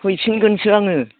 हैफिनगोनसो आङो